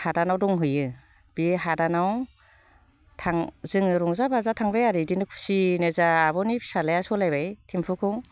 हादानाव दंहैयो बे हादानाव जोङो रंजा बाजा थांबाय आरो बिदिनो खुसि नो जोंहा आब'नि फिसाज्लाया सालायबाय टेम्फ'खौ